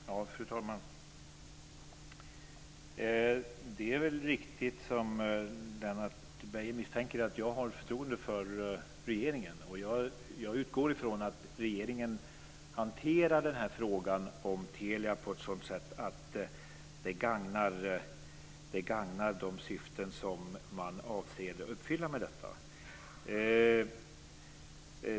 Fru talman! Det är väl riktigt, som Lennart Beijer misstänker, att jag har förtroende för regeringen. Jag utgår från att regeringen hanterar frågan om Telia på ett sådant sätt att det gagnar de syften som man avser att uppfylla med detta.